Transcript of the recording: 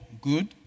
good